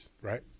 Right